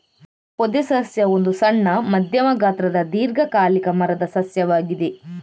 ಪೊದೆ ಸಸ್ಯ ಒಂದು ಸಣ್ಣ, ಮಧ್ಯಮ ಗಾತ್ರದ ದೀರ್ಘಕಾಲಿಕ ಮರದ ಸಸ್ಯವಾಗಿದೆ